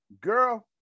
Girl